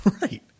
Right